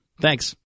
Thanks